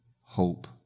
hope